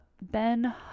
Ben